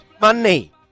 Money